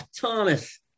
Thomas